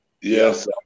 Yes